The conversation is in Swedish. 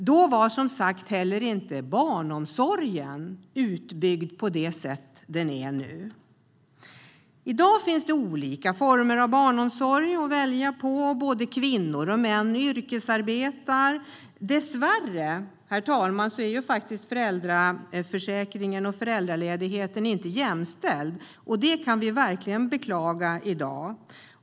Då var som sagt heller inte barnomsorgen utbyggd på det sätt den är nu. I dag finns det olika former av barnomsorg att välja på, och både kvinnor och män yrkesarbetar. Dessvärre, herr talman, är föräldraförsäkringen och föräldraledigheten inte jämställd. Det kan vi verkligen beklaga i dag.